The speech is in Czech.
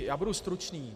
Já budu stručný.